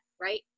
right